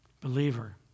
Believer